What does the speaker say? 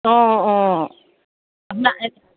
অঁ অঁ আপোনাক